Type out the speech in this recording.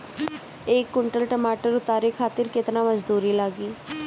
एक कुंटल टमाटर उतारे खातिर केतना मजदूरी लागी?